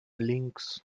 links